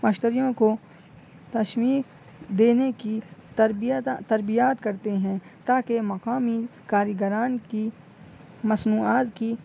مشتریوں کو تشمی دینے کی تربیت تربیات کرتے ہیں تاکہ مقامی کاریگران کی مصنوعار کی